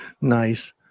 Nice